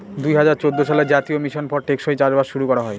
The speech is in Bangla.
দুই হাজার চৌদ্দ সালে জাতীয় মিশন ফর টেকসই চাষবাস শুরু করা হয়